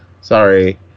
sorry